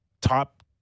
top